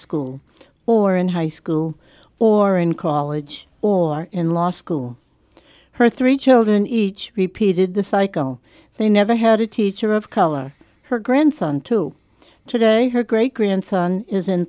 school or in high school or in college or in law school her three children each repeated the psycho they never had a teacher of color her grandson to today her great grandson is in